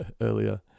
earlier